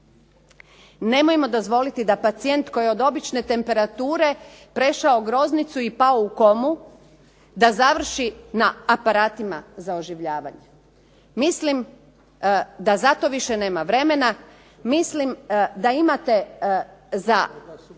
Nemojmo dozvoliti da pacijent koji od obične temperature prešao groznicu i pao u komu da završi na aparatima za oživljavanje. Mislim da za to više nema vremena, mislim da imate za